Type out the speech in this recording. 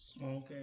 Okay